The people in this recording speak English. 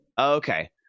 Okay